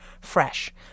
fresh